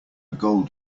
gold